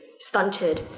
stunted